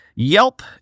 Yelp